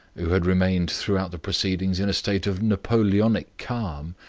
who had remained throughout the proceedings in a state of napoleonic calm,